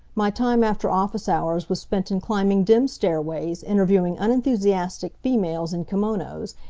my time after office hours was spent in climbing dim stairways, interviewing unenthusiastic females in kimonos,